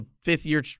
fifth-year